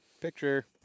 Picture